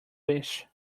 wish